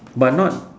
but not